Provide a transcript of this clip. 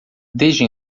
desde